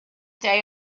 day